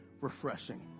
Refreshing